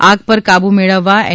આગ પર કાબ્ મેળવવા એન